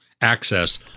access